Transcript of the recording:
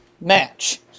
match